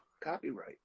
Copyright